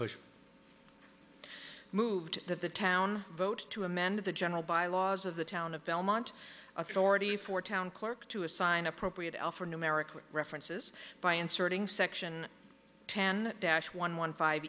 discussion moved that the town vote to amend the general bylaws of the town of belmont authority for town clerk to assign appropriate alphanumeric with references by inserting section ten dash one one five